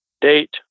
date